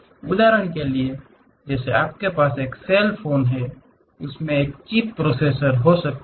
उदाहरण के लिए जैसे आपके पास एक सेल फोन है उसमे एक चिप प्रोसेसर हो सकता है